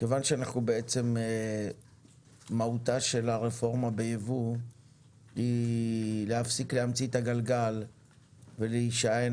כיוון שמהותה של הרפורמה ביבוא היא להפסיק להמציא את הגלגל ולהישען